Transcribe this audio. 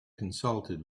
consulted